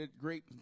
great